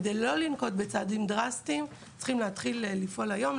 כדי לא לנקוט בצעדים דרסטיים צריכים להתחיל לפעול היום,